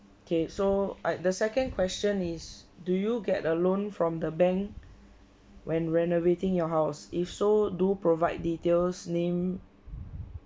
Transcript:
okay so alright the second question is do you get a loan from the bank when renovating your house if so do provide details name